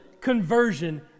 conversion